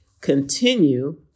continue